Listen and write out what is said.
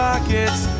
Pockets